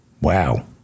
Wow